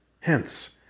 Hence